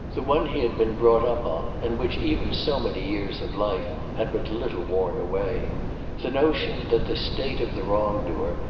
the one he had been brought up on and which even so many years of life had but little worn away the notion that the state of the wrongdoer,